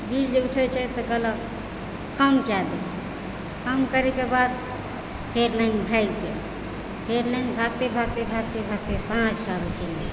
bill जे उठै छै तऽ कहलक कम कए दे कम करैके बाद फेर लाइन भागि गेल फेर लाइन भगिते भगिते भगिते भगिते साँझकेँ अबै छै लाइन